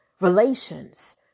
relations